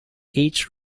each